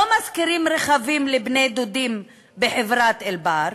לא משכירים רכבים לבני-דודים בחברת "אלבר"